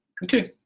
okay,